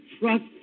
trust